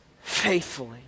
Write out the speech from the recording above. faithfully